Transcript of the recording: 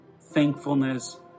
thankfulness